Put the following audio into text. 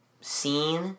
scene